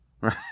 right